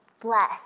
bless